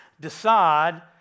decide